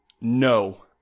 No